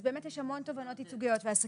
אז באמת יש המון תובענות ייצוגיות והעסקים